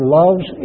loves